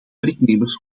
werknemers